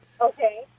Okay